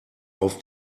auf